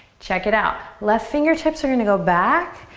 check it out, left fingertips are gonna go back.